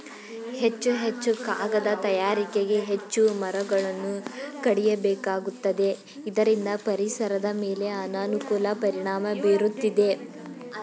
ಹೆಚ್ಚು ಹೆಚ್ಚು ಕಾಗದ ತಯಾರಿಕೆಗೆ ಹೆಚ್ಚು ಮರಗಳನ್ನು ಕಡಿಯಬೇಕಾಗುತ್ತದೆ ಇದರಿಂದ ಪರಿಸರದ ಮೇಲೆ ಅನಾನುಕೂಲ ಪರಿಣಾಮ ಬೀರುತ್ತಿದೆ